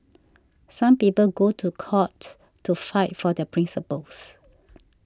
some people go to court to fight for their principles